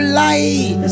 light